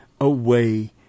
away